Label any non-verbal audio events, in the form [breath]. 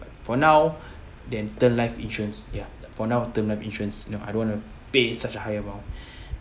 for now then term life insurance ya for now term life insurance you know I don't want to pay such a high amount [breath]